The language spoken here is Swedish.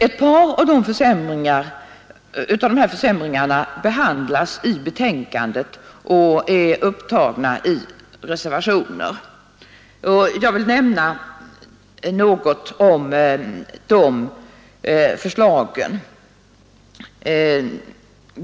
Ett par av dessa försämringar behandlas i utskottsbetänkandet och är upptagna i reservationer. Jag vill nämna något om de förslagen.